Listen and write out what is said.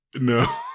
No